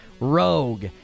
Rogue